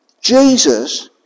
Jesus